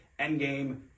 Endgame